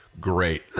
Great